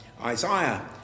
Isaiah